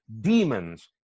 demons